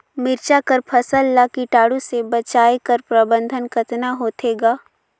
मिरचा कर फसल ला कीटाणु से बचाय कर प्रबंधन कतना होथे ग?